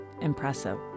impressive